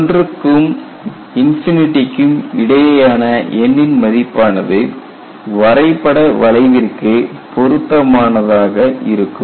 1 க்கும் க்கும் இடையேயான n ன் மதிப்பானது வரைபட வளைவிற்கு பொருத்தமானதாக இருக்கும்